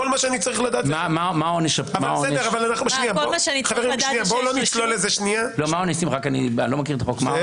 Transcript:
אני לא מכיר את החוק.